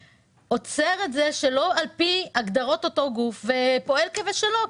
שעוצר את זה שלא על פי הגדרות אותו גוף ופועל כבשלו,